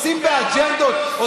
עושים באג'נדות,